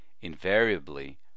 invariably